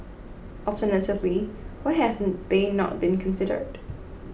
alternatively why haven't they not been considered